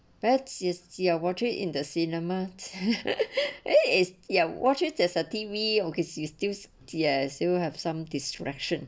bad it is watch it in the cinema is ya watch it as a T_V or because you still you have some distraction